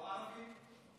או הערבים.